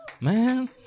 Man